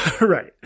Right